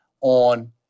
on